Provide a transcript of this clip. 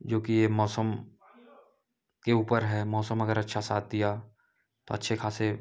जोकि यह मौसम के ऊपर है मौसम अगर अच्छा साथ दिया तो अच्छी खासी